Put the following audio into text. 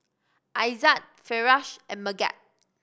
Aizat Firash and Megat